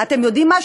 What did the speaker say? אתם יודעים מה,